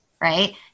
right